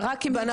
סינים,